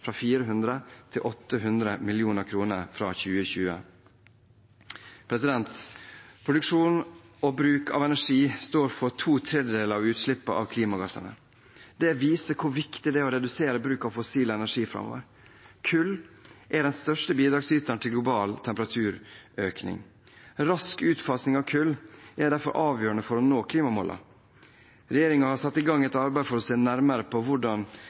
fra 400 mill. kr til 800 mill. kr fra 2020. Produksjon og bruk av energi står for to tredjedeler av utslippene av klimagasser. Det viser hvor viktig det er å redusere bruk av fossil energi framover. Kull er den største bidragsyteren til global temperaturøkning. Rask utfasing av kull er derfor avgjørende for å nå klimamålene. Regjeringen har satt i gang et arbeid for å se nærmere på hvordan